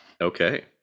okay